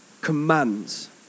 commands